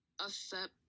accept